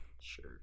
Sure